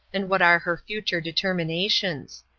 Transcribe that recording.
and what are her future determinations.